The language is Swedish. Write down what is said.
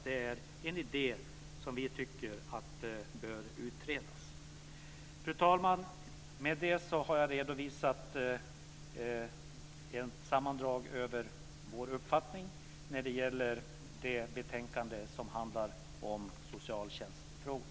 Det är en idé som vi tycker bör utredas. Fru talman! Med detta har jag redovisat ett sammandrag av vår uppfattning när det gäller betänkandet om socialtjänstfrågor.